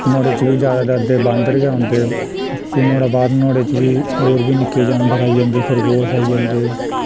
नुहाड़े च बी ज्यादातर ते बांदर गै औंदे ते फ्ही नुहाड़े बाद नुहाड़े च बी होर बी निक्के जानवर आई जंदे खरगोश आई जंदे